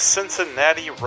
Cincinnati